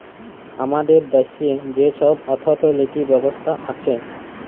আমাদের দ্যাশে যে ছব অথ্থলিতি ব্যবস্থা আছে